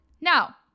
Now